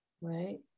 right